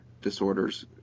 disorders